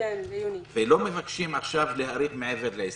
לא מבקשים עכשיו להאריך מעבר ל-22.